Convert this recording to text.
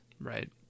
Right